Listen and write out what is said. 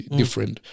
different